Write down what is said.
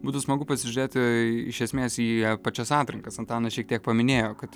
būtų smagu pasižiūrėti iš esmės į pačias atrankas antanas šiek tiek paminėjo kad